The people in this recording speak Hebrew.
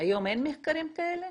היום אין מחקרים כאלה?